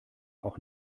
auch